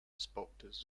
spoke